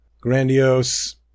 Grandiose